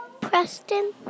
Preston